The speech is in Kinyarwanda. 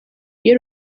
iyo